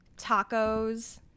tacos